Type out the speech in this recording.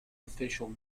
official